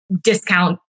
discount